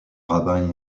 rabbin